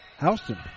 Houston